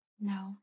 No